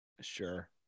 sure